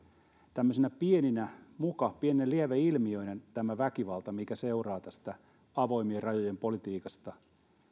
tämmöisinä muka pieninä lieveilmiöinä tämä väkivalta mikä seuraa tästä avoimien rajojen politiikasta